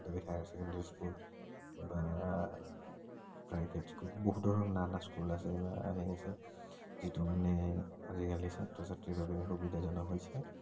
Barpeta Vidyapith higher secondary school বা private school বহুত ধৰণৰ নানা স্কুল আছে বা হেৰি যিটো মানে আজিকালি ছাত্ৰ ছাত্ৰীৰ বাবে সুবিধাজনক হৈছে